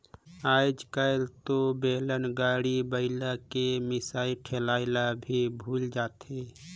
आयज कायल तो बेलन, गाड़ी, बइला के मिसई ठेलई ल भी भूलाये जाथे